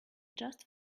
just